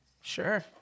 Sure